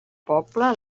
poble